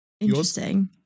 Interesting